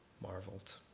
marveled